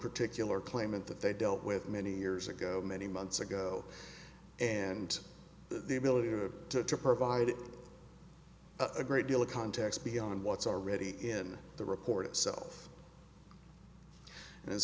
particular claimant that they dealt with many years ago many months ago and the ability to provide a great deal of context beyond what's already in the report itself a